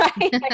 right